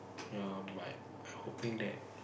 ya but hoping that